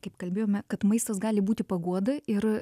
kaip kalbėjome kad maistas gali būti paguoda ir